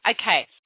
Okay